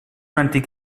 antic